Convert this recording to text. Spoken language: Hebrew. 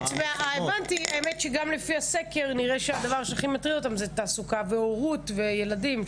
האמת שגם לפי הסקר נראה שהדבר שהכי מטריד אותן זה תעסוקה והורות וילדים.